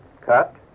Cut